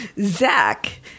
Zach